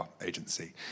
agency